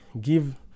give